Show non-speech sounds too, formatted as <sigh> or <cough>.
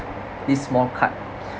this small cart <breath>